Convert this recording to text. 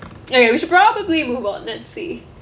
ya ya we should probably move on let's see